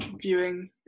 viewing